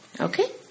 Okay